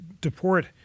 deport